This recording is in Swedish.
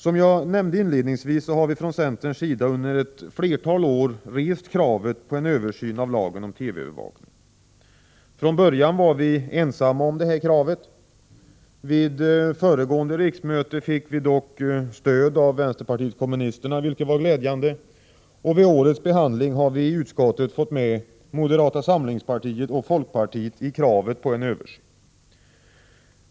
Som jag nämnde inledningsvis har vi från centerns sida under ett flertal år rest kravet på en översyn av lagen om TV-övervakning. Från början var vi ensamma om detta krav. Vid föregående riksmöte fick vi dock stöd av vpk, vilket var glädjande. Vid årets behandling har vi i utskottet fått med moderata samlingspartiet och folkpartiet i kravet på en översyn.